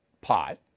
pot